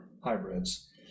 hybrids